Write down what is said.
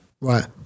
Right